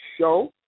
show